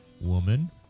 woman